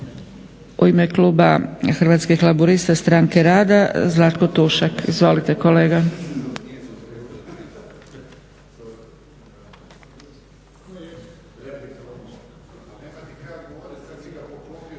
U ime kluba Hrvatskih laburista stranke rada Zlatko Tušak. Izvolite kolega.